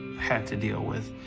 had to deal with.